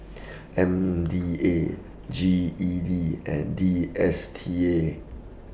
M D A G E D and D S T A